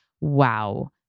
Wow